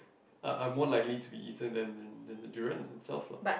are are more likely to be eaten than than than the durian itself lah